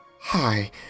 Hi